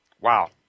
Wow